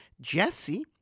Jesse